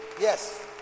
Yes